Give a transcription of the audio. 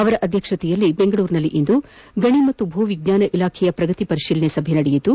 ಅವರ ಅಧ್ಯಕ್ಷತೆಯಲ್ಲಿ ಬೆಂಗಳೂರಿನಲ್ಲಿಂದು ಗಣಿ ಮತ್ತು ಭೂವಿಜ್ಞಾನ ಇಲಾಖೆಯ ಪ್ರಗತಿ ಪರಿಶೀಲನಾ ಸಭೆ ನಡೆಯಿತು